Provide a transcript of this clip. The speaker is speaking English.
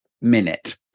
minute